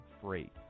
free